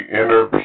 Inner